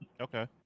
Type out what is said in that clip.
Okay